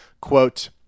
quote